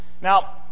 Now